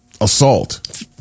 assault